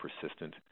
persistent